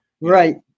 Right